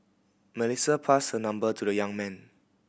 Melissa passed her number to the young man